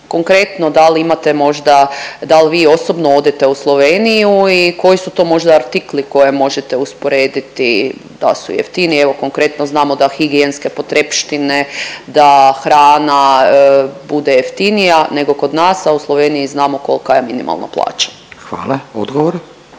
konkretno da li imate možda, da li vi osobno odete u Sloveniju i koji su to možda artikli koje možete usporediti da su jeftiniji, evo konkretno znamo da higijenske potrepštine, da hrana bude jeftinija nego kod nas, a u Sloveniji znamo kolika je minimalna plaća. **Radin,